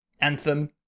anthem